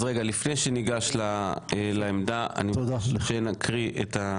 אז רגע, לפני שניגש לעמדה, אני רוצה שנקריא את ה